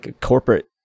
corporate